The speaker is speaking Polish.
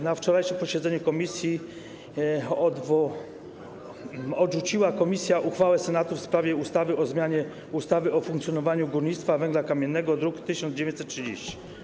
Na wczorajszym posiedzeniu komisja odrzuciła uchwałę Senatu w sprawie ustawy o zmianie ustawy o funkcjonowaniu górnictwa węgla kamiennego, druk nr 1930.